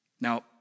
Now